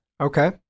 Okay